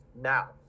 now